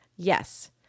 Yes